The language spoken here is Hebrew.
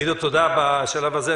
עידו, תודה בשלב הזה.